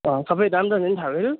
अँ सबै दामदरहरू नि थाह भयो